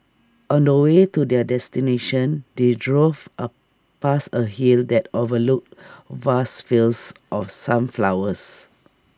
on the way to their destination they drove A past A hill that overlooked vast fields of sunflowers